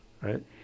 Right